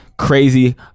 Crazy